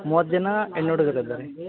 ಮೂವತ್ತು ಜನ ಹೆಣ್ಣು ಹುಡ್ಗರು ಇದ್ದಾರೆ